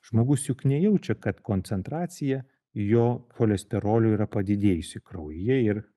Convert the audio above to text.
žmogus juk nejaučia kad koncentracija jo cholesterolio yra padidėjusi kraujyje ir